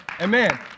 Amen